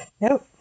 nope